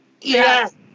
Yes